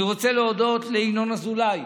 אני רוצה להודות לינון אזולאי,